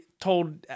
told